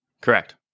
Correct